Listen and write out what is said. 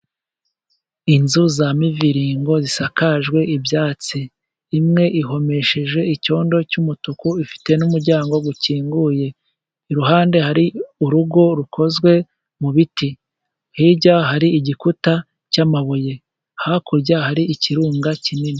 Inzu za miviringo zisakajwe ibyatsi. Imwe ihomesheje icyondo cy'umutuku, ifite n'umuryango ukinguye. Iruhande hari urugo rukozwe mu biti. Hirya hari igikuta cy'amabuye. Hakurya hari ikirunga kinini.